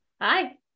hi